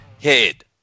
head